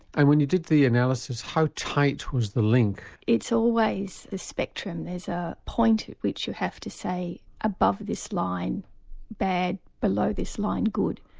and when you did the analysis how tight was the link? it's always a spectrum, there's a point at which you have to say above this line bad, below this line good,